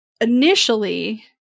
initially